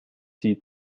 sie